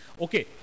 Okay